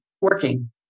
working